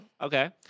Okay